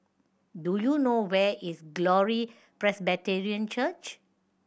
do you know where is Glory Presbyterian Church